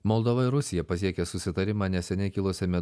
moldovoj rusija pasiekė susitarimą neseniai kilusiame